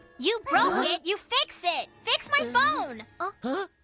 you broke it! you fix it! fix my phone! ah